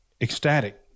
ecstatic